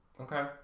Okay